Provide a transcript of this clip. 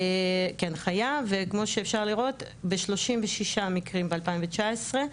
כן חייב, כמו שאפשר לראות ב-36 מקרים ב-2019 ,